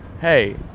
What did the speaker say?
hey